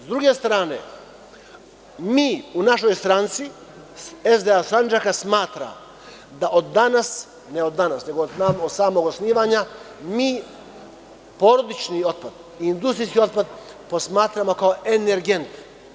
S druge strane, mi u našoj stranci SDA Sandžak smatramo, od samog osnivanja, mi porodični otpad, industrijski otpad posmatramo kao energent.